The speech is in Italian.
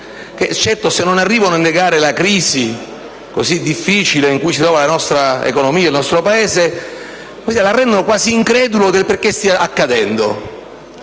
che, certo, se non arrivano a negare la crisi così difficile in cui si trovano la nostra economia ed il nostro Paese, la rendono quasi incredulo del perché essa stia accadendo.